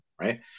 Right